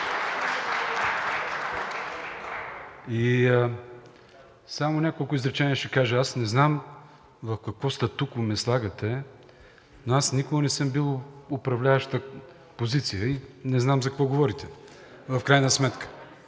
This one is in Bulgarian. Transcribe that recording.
и само няколко изречения ще кажа. Аз не знам в какво статукво ме слагате, но аз никога не съм бил в управляваща позиция и не знам за какво говорите в крайна сметка.